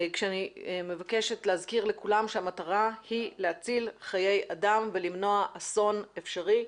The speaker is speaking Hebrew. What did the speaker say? כשאני מבקשת להזכיר לכולם שהמטרה היא להציל חיי אדם ולמנוע אסון אפשרי,